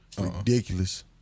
ridiculous